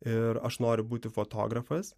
ir aš noriu būti fotografas